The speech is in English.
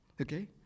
okay